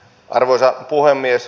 arvoisa puhemies